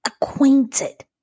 acquainted